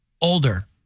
Older